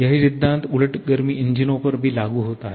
यही सिद्धांत उलट गर्मी इंजनों पर भी लागू होता है